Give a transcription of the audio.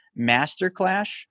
masterclass